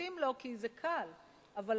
נתפסים לנושא של הכיתות והמספרים כי זה קל,